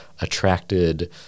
attracted